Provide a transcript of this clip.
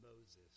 Moses